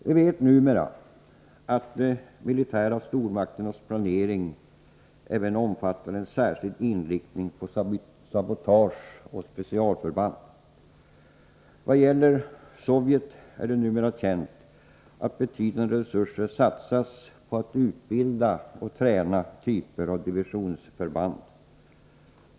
Vi vet numera att de militära stormakternas planering även omfattar en särskild inriktning på sabotageoch specialförband. Vad gäller Sovjet är det numera känt att betydande resurser satsas på att utbilda och träna olika typer av diversionsförband.